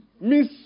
Miss